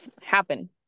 happen